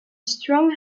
strong